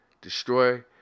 Destroy